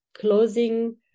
closing